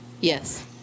Yes